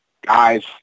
guys